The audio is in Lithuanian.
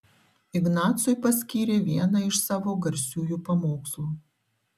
ignacui paskyrė vieną iš savo garsiųjų pamokslų